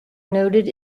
noted